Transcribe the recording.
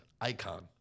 icon